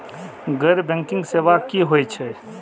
गैर बैंकिंग सेवा की होय छेय?